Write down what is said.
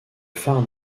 phare